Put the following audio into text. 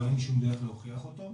אבל אין שום דרך להוכיח אותו.